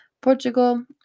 Portugal